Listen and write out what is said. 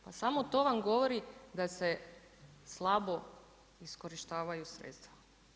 Pa samo to vam govori da se slabo iskorištavaju sredstva.